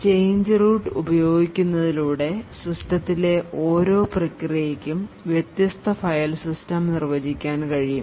change root ഉപയോഗിക്കുന്നതിലൂടെ സിസ്റ്റത്തിലെ ഓരോ പ്രക്രിയയ്ക്കും വ്യത്യസ്ത ഫയൽ സിസ്റ്റം നിർവചിക്കാൻ കഴിയും